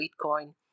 Bitcoin